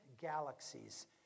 galaxies